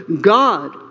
God